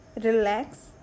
relax